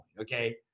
okay